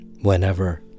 Whenever